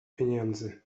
pieniędzy